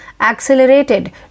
accelerated